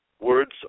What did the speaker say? Words